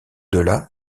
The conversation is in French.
delà